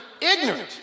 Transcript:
ignorant